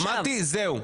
מטי, זהו.